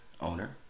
owner